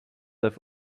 i’ve